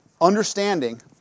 understanding